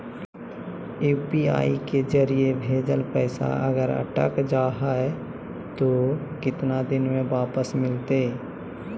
UPI के जरिए भजेल पैसा अगर अटक जा है तो कितना दिन में वापस मिलते?